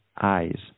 eyes